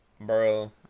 Bro